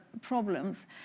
problems